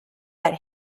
that